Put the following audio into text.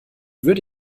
würde